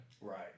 right